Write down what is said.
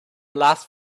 last